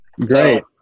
Great